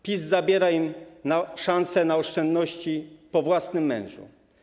PiS zabiera im szansę na oszczędności po własnym mężu.